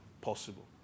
Possible